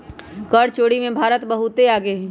कर चोरी में भारत बहुत आगे हई